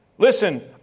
Listen